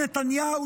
נתניהו,